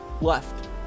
left